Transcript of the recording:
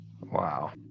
Wow